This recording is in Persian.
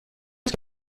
است